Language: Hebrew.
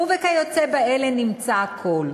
וב"כיוצא באלה" נמצא הכול.